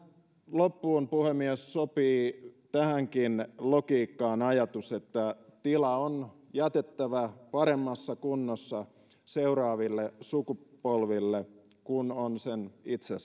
loppuun puhemies sopii tähänkin logiikkaan ajatus että tila on jätettävä paremmassa kunnossa seuraaville sukupolville kuin on sen itse